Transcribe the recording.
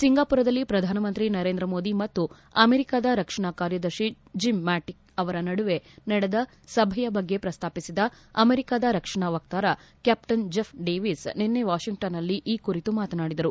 ಸಿಂಗಾಪುರದಲ್ಲಿ ಪ್ರಧಾನಮಂತ್ರಿ ನರೇಂದ್ರ ಮೋದಿ ಮತ್ತು ಅಮೆರಿಕದ ರಕ್ಷಣಾ ಕಾರ್ಯದರ್ಶಿ ಜಿಮ್ ಮ್ಯಾಟ್ಟಿಸ್ ಅವರ ನಡುವೆ ನಡೆದ ಸಭೆಯ ಬಗ್ಗೆ ಪ್ರಸ್ತಾಪಿಸಿದ ಅಮೆರಿಕಾದ ರಕ್ಷಣಾ ವಕ್ತಾರ ಕ್ಯಾಪ್ಟನ್ ಜೆಫ್ ಡೇವಿಸ್ ನಿನ್ನೆ ವಾಷಿಂಗ್ಟನ್ನಲ್ಲಿ ಈ ಕುರಿತು ಮಾತನಾಡಿದರು